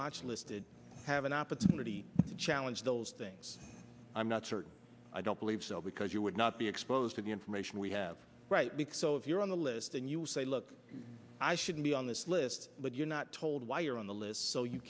watch listed have an opportunity to challenge those things i'm not certain i don't believe so because you would not be exposed to the information we have right here on the list and you say look i shouldn't be on this list but you're not told why you're on the list so you